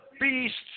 beasts